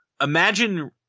imagine